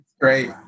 great